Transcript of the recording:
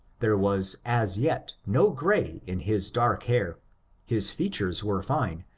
there was as yet no grey in his dark hair his features were fine,